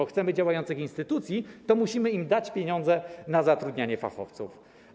Jeśli chcemy działających instytucji, to musimy dać im pieniądze na zatrudnianie fachowców.